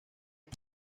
muy